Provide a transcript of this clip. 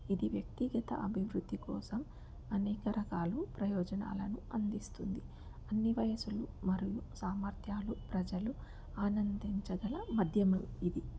ఇది వ్యక్తిగత అభివృద్ధి కోసం అనేక రకాలు ప్రయోజనాలను అందిస్తుంది అన్ని వయసులు మరియు సామర్థ్యాలు ప్రజలు ఆనందించగల మాధ్యమం ఇది